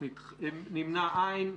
לא אושרה.